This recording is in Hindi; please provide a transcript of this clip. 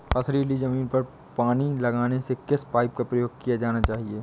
पथरीली ज़मीन पर पानी लगाने के किस पाइप का प्रयोग किया जाना चाहिए?